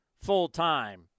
full-time